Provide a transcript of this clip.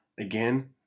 again